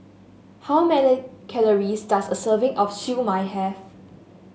how many calories does a serving of Siew Mai have